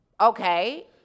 okay